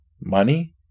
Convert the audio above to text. Money